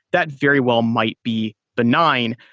that very well might be benign,